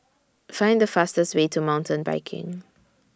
Find The fastest Way to Mountain Biking